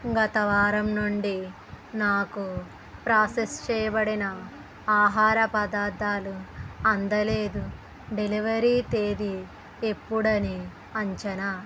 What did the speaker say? గత వారం నుండి నాకు ప్రాసెస్ చేయబడిన ఆహార పదార్ధాలు అందలేదు డెలివరీ తేదీ ఎప్పుడని అంచనా